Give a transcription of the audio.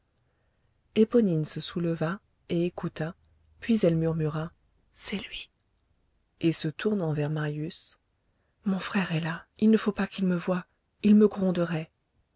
se souleva et écouta puis elle murmura c'est lui et se tournant vers marius mon frère est là il ne faut pas qu'il me voie il me gronderait